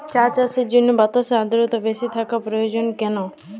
চা চাষের জন্য বাতাসে আর্দ্রতা বেশি থাকা প্রয়োজন কেন?